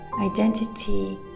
identity